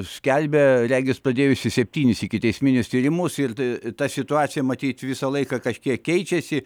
skelbia regis pradėjusi septynis ikiteisminius tyrimus ir tai ta situacija matyt visą laiką kažkiek keičiasi